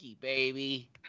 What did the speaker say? baby